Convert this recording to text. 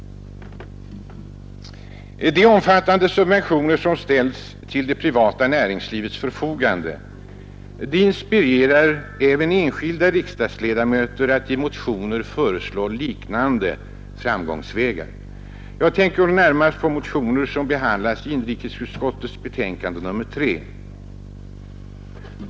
De omfattande subventioner som ställs till det privata näringslivets förfogande inspirerar även enskilda riksdagsledamöter att i motioner föreslå liknande vägar. Jag tänker då närmast på de motioner som behandlas i inrikesutskottets betänkande nr 3.